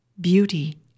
Beauty